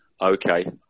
okay